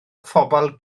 phobl